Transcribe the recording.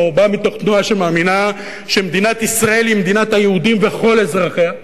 או בא מתוך תנועה שמאמינה שמדינת ישראל היא מדינת היהודים וכל אזרחיה,